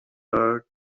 are